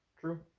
true